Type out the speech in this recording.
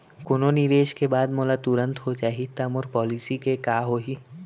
कोनो निवेश के बाद मोला तुरंत हो जाही ता मोर पॉलिसी के का होही?